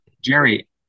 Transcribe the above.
Jerry